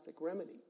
remedy